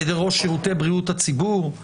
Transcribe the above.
על ידי ראש שירותי בריאות הציבור,